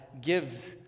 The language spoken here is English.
gives